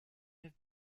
have